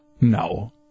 No